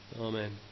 Amen